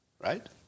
Right